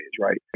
right